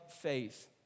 faith